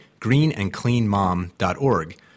greenandcleanmom.org